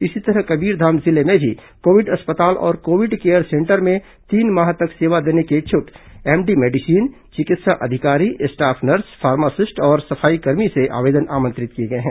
इसी तरह कबीरधाम जिले में भी कोविड अस्पताल और कोविड केयर सेंटर में तीन माह तक सेवा देने के इच्छुक एमडी मेडिसीन चिकित्सा अधिकारी स्टाफ नर्स फार्मासिस्ट और सफाईकर्मी से आवेदन आमंत्रित किए गए हैं